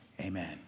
Amen